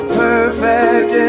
perfect